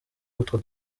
utwo